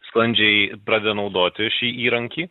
sklandžiai pradeda naudoti šį įrankį